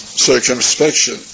circumspection